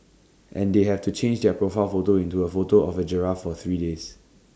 and they have to change their profile photo into A photo of A giraffe for three days